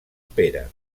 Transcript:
pere